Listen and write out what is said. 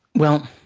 well,